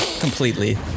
completely